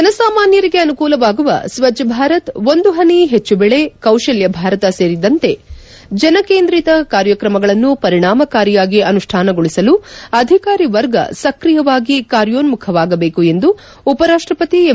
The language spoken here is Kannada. ಜನಸಾಮಾನ್ಯರಿಗೆ ಅನುಕೂಲವಾಗುವ ಸ್ವಚ್ಛ ಭಾರತ್ ಒಂದು ಪನಿ ಹೆಚ್ಚು ಬೆಳೆ ಕೌಶಲ್ಯ ಭಾರತ ಸೇರಿದಂತೆ ಜನಕೇಂದ್ರೀತ ಕಾರ್ಯಕ್ರಮಗಳನ್ನು ಪರಿಣಾಮಕಾರಿಯಾಗಿ ಅನುಷ್ಠಾನಗೊಳಿಸಲು ಅಧಿಕಾರಿ ವರ್ಗ ಸಕ್ರಿಯವಾಗಿ ಕಾಯೋನ್ನುಖವಾಗಬೇಕು ಎಂದು ಉಪರಾಷ್ಟಪತಿ ಎಂ